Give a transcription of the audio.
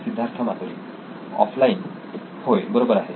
Siddharth Maturi offline होय बरोबर आहे